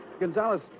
Gonzalez